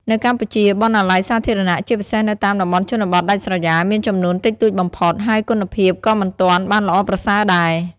នៅកម្ពុជា បណ្ណាល័យសាធារណៈ ជាពិសេសនៅតាមតំបន់ជនបទដាច់ស្រយាល មានចំនួនតិចតួចបំផុត ហើយគុណភាពក៏មិនទាន់បានល្អប្រសើរដែរ។